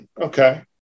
Okay